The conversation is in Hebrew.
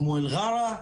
כמו אל-ע'רה,